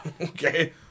Okay